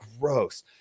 gross